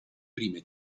prime